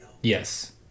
Yes